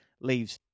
leaves